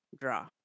draw